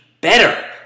better